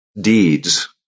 deeds